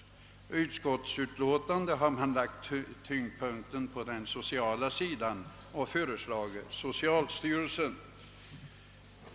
I utskottsutlåtandet har man lagt tyngdpunkten på den sociala sidan av verksamheten och föreslagit »socialstyrelsen».